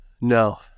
No